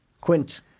Quint